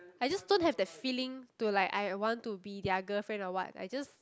I just don't have that feeling to like I want to be their girlfriend or what I just